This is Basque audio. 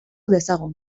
dezagun